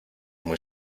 muy